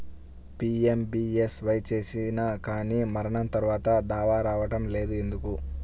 PMBSY చేసినా కానీ మరణం తర్వాత దావా రావటం లేదు ఎందుకు?